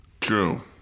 True